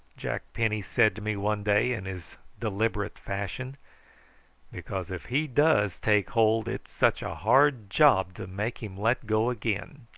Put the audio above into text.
jack penny said to me one day in his deliberate fashion because if he does take hold it's such a hard job to make him let go again.